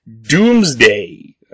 Doomsday